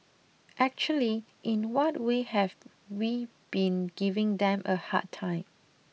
actually in what way have we been giving them a hard time